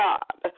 God